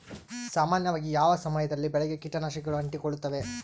ಸಾಮಾನ್ಯವಾಗಿ ಯಾವ ಸಮಯದಲ್ಲಿ ಬೆಳೆಗೆ ಕೇಟನಾಶಕಗಳು ಅಂಟಿಕೊಳ್ಳುತ್ತವೆ?